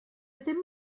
ddim